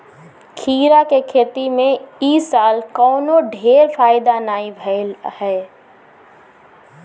खीरा के खेती में इ साल कवनो ढेर फायदा नाइ भइल हअ